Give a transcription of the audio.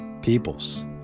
People's